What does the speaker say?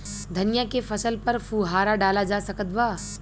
धनिया के फसल पर फुहारा डाला जा सकत बा?